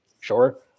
sure